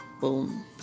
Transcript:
boom